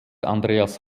andreas